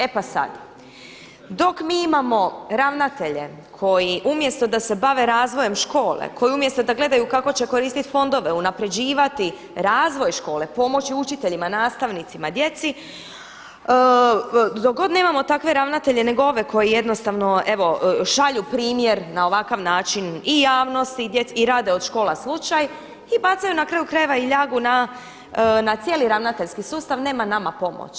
E pa sada, dok mi imamo ravnatelje koji umjesto da se bave razvojem škole, koji umjesto da gledaju kako će koristiti fondove, unapređivati razvoj škole, pomoći učiteljima, nastavnicima, djeci, dok god nemamo takve ravnatelje nego ove koji jednostavno šalju primjer na ovakav način i javnosti i rade od škola slučaj i bacaju na kraju krajeva i ljagu na cijeli ravnateljski sustav nema nama pomoći.